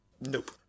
nope